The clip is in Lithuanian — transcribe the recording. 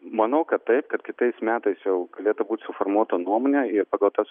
manau kad taip kad kitais metais jau galėtų būt suformuota nuomonė ir pagal tas